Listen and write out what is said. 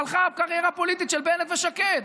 הלכה הקריירה הפוליטית של בנט ושקד,